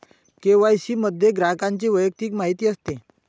KYC मध्ये ग्राहकाची वैयक्तिक माहिती असते